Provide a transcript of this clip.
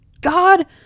god